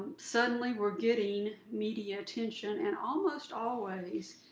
suddenly we're getting media attention and almost always,